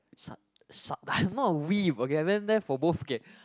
I'm not a and then that for both okay